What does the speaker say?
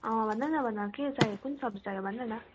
अँ भन न भन के चाहियो कुन सब्जी चाहियो भन न